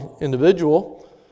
individual